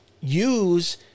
use